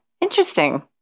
interesting